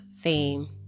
fame